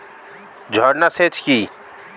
ঝর্না সেচ কি?